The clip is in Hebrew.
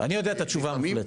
אני יודע את התשובה המוחלטת.